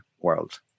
world